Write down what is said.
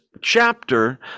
chapter